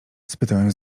spytałem